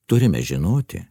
turime žinoti